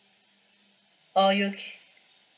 or you can